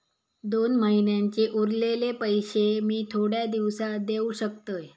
दोन महिन्यांचे उरलेले पैशे मी थोड्या दिवसा देव शकतय?